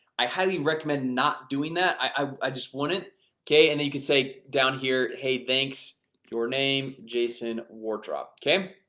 i highly recommend not doing that. i just want it okay, and you can say down here hey, thanks your name jason wardrop, okay?